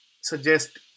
suggest